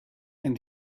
and